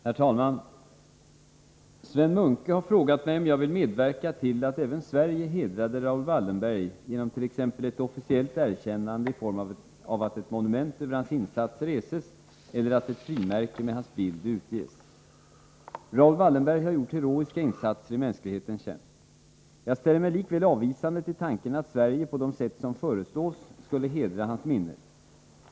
Herr talman! Sven Munke har frågat mig om jag vill medverka till att även Sverige hedrade Raoul Wallenberg genom t.ex. ett officiellt erkännande i form av att ett monument över hans insatser reses eller att ett frimärke med hans bild utges. Raoul Wallenberg har gjort heroiska insatser i mänsklighetens tjänst. Jag ställer mig likväl avvisande till tanken att Sverige på de sätt som föreslås skulle hedra hans minne.